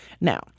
Now